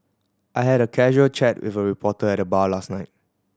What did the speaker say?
I had a casual chat with a reporter at the bar last night